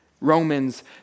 Romans